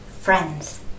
friends